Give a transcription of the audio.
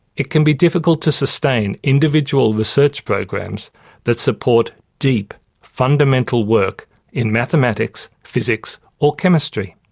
it can be difficult to sustain individual research programs that support deep fundamental work in mathematics, physics or chemistry.